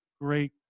great